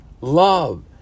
love